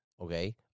Okay